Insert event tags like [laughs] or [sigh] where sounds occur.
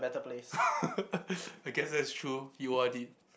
[laughs] I guess that's true he O_R_D